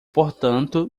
portanto